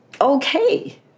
okay